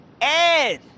Ed